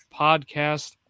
podcast